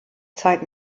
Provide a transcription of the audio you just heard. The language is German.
zeit